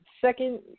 second